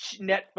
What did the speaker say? Netflix